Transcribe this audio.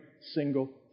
single